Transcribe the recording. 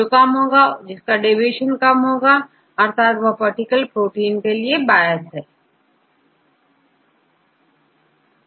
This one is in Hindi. जो कम होगा जिसका डेविएशन कम होगा अर्थात वह पर्टिकुलर प्रोटीन के लिए बायस होगा